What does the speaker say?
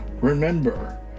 Remember